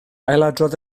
ailadrodd